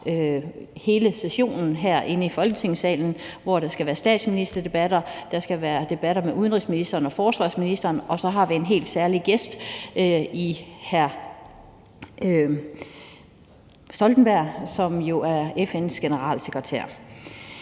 hele sessionen herinde i Folketingssalen, hvor der skal være statsministerdebatter, og hvor der skal være debatter med udenrigsministrene og forsvarsministrene, og så har vi en helt særlig gæst i hr. Jens Stoltenberg, som jo er FN's generalsekretær.